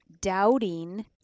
doubting